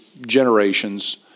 generations